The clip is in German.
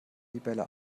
libelle